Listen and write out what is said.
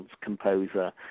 composer